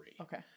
Okay